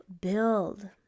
build